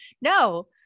No